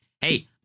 hey